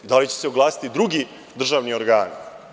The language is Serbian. Da li će se oglasiti drugi državni organi?